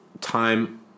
time